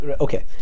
Okay